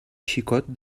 xicot